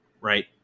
right